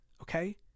okay